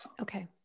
Okay